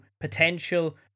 potential